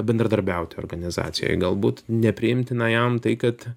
bendradarbiauti organizacijoj galbūt nepriimtina jam tai kad